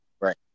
right